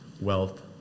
wealth